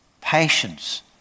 patience